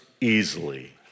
easily